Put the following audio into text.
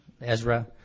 Ezra